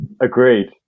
Agreed